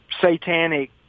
satanic